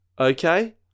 okay